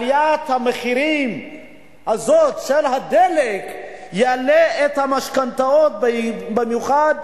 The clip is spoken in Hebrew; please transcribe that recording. עליית המחירים הזאת של הדלק תעלה את המשכנתאות במיוחד,